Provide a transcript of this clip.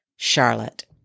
Charlotte